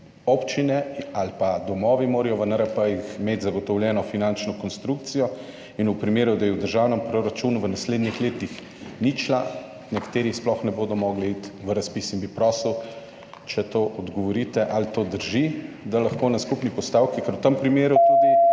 občine ali pa domovi morajo v NRP-jih imeti zagotovljeno finančno konstrukcijo. Če je v državnem proračunu v naslednjih letih ničla, nekateri sploh ne bodo mogli iti v razpis. In bi prosil, če na to odgovorite, ali drži to, da lahko na skupni postavki, ker v tem primeru